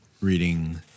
reading